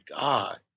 God